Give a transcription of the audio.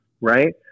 right